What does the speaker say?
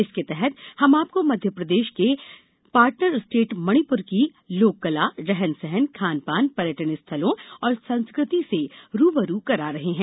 इसके तहत हम आपको मध्यप्रदेश के पार्टनर स्टेट मणिपुर की लोककला रहन सहन खान पान पर्यटन स्थलों और संस्कृति से रू ब रू करा रहे हैं